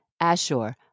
Ashur